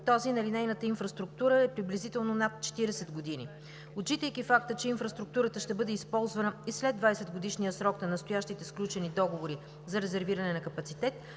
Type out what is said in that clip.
този на линейната инфраструктура е приблизително над 40 години. Отчитайки факта, че инфраструктурата ще бъде използвана и след 20-годишния срок на настоящите сключени договори за резервиране на капацитет,